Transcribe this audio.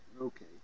okay